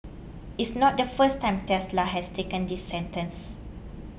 it's not the first time Tesla has taken this sentence